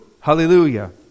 Hallelujah